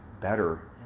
better